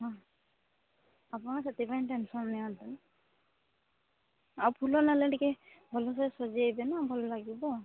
ହଁ ଆପଣ ସେଥିପାଇଁ ଟେନ୍ସନ୍ ନିଅନ୍ତୁନି ଆଉ ଫୁଲ ନେଲେ ଟିକେ ଭଲ ସେ ସଜାଇବେ ନା ଭଲ ଲାଗିବ